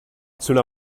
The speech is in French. cela